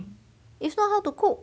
if not how to cook